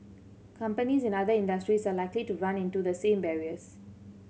companies in other industries are likely to run into the same barriers